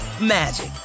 magic